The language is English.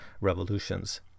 revolutions